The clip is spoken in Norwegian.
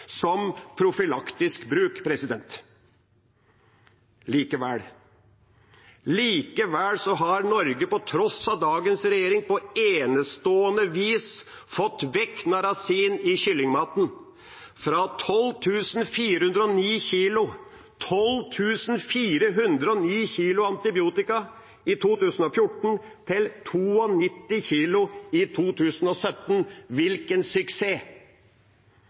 bruk. Likevel har Norge, på tross av dagens regjering, på enestående vis fått vekk narasin i kyllingmaten – fra 12 409 kg antibiotika i 2014 til 92 kg i 2017. Hvilken suksess!